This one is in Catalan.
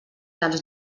dels